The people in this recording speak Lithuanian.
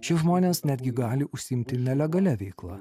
šie žmonės netgi gali užsiimti nelegalia veikla